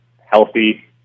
healthy